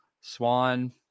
Swan